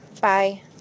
bye